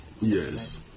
Yes